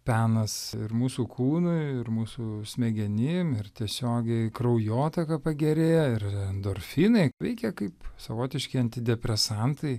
penas ir mūsų kūnui ir mūsų smegenim ir tiesiogiai kraujotaka pagerėja ir endorfinai veikia kaip savotiški antidepresantai